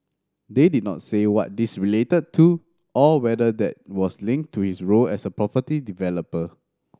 they did not say what these related to or whether that was linked to his role as a property developer